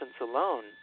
alone